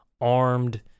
armed